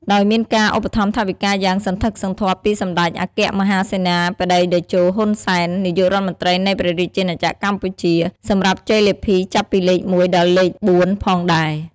ដោយមានការឧបត្ថម្ភថវិកាយ៉ាងសន្ធឹកសន្ធាប់ពីសម្តេចអគ្គមហាសេនាបតីតេជោ ហ៊ុន សែន នាយករដ្ឋមន្ត្រីនៃព្រះរាជាណាចក្រកម្ពុជា សម្រាប់ជ័យលាភីចាប់ពីលេខ១ ដល់លេខ៤ផងដែរ។